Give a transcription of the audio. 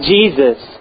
Jesus